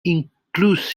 inclusive